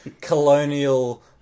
colonial